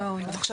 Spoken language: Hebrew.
עכשיו,